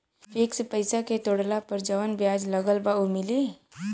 Fix पैसा के तोड़ला पर जवन ब्याज लगल बा उ मिली?